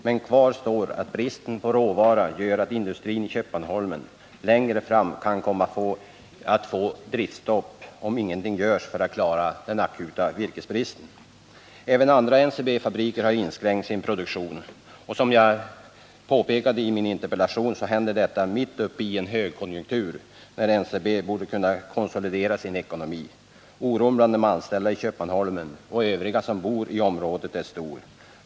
Men kvar står att bristen på råvara gör att industrin i Köpmanholmen längre fram kan komma att få driftstopp om ingenting görs för att klara den akuta virkesbristen. Även andra NCB-fabriker har inskränkt sin produktion. Som jag påpekade i min interpellation. händer detta mitt under en högkonjunktur när NCB borde kunna konsolidera sin ekonomi. Oron är stor bland de anställda i Köpmanholmen och övriga som bor i området.